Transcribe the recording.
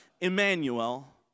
Emmanuel